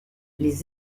les